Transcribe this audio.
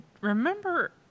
remember